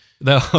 No